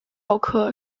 蓼科